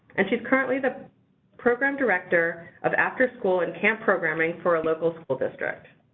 and she's currently the program director of after-school and camp programming for a local school district.